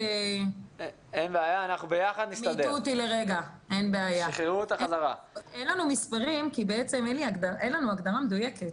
אין לנו מספרים כי בעצם אין לנו הגדרה מדויקת.